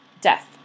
death